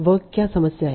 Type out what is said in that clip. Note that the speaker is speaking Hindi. वहाँ क्या समस्या है